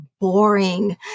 boring